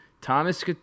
Thomas